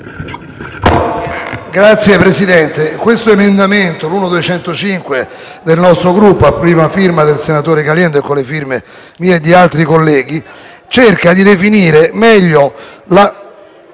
Signor Presidente, l'emendamento 1.205 del nostro Gruppo, a prima firma del senatore Caliendo, con le firme mia e di altri colleghi, cerca di definire meglio la